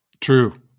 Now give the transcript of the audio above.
True